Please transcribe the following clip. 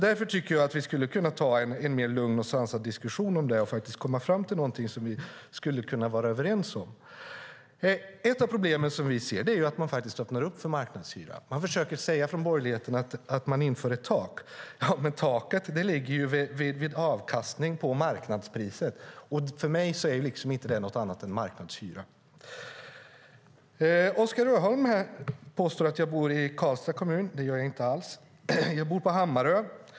Därför tycker jag att vi skulle kunna ta en mer lugn och sansad diskussion om detta för att komma fram till någonting som vi skulle kunna vara överens om. Ett av problemen som vi ser är att man öppnar upp för marknadshyra. Borgerligheten försöker säga att man inför ett tak. Ja, men taket ligger ju vid avkastningen på marknadspriset. För mig är det inte något annat än marknadshyra. Oskar Öholm påstår här att jag bor i Karlstads kommun. Det gör jag inte alls. Jag bor på Hammarö.